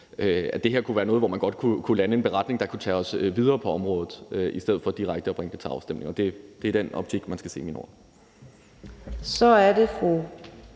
at det her kunne være noget, hvor man godt kunne lande en beretning, der kunne bringe os videre på området, i stedet for direkte at bringe det til afstemning. Og det er i den optik, man skal se mine ord. Kl.